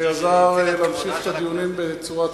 שעזר להמשיך את הדיונים בצורה תקינה,